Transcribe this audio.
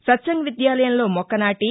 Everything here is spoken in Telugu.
సత్సంగ్ విద్యాలయంలో మొక్కనాదీ